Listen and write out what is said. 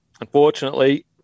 unfortunately